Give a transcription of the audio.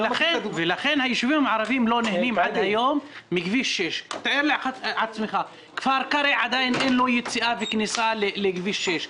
ולכן הישובים הערביים לא נהנים עד היום מכביש 6. תאר לעצמך: לכפר קרע עדיין אין יציאה וכניסה לכביש 6,